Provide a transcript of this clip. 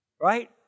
right